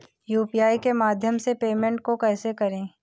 UPI के माध्यम से पेमेंट को कैसे करें?